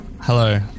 Hello